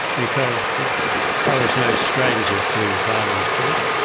because i was no stranger to violent death,